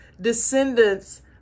descendants